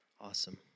Awesome